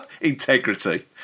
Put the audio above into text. integrity